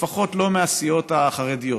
לא מהסיעות החרדיות,